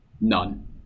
None